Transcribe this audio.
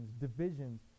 divisions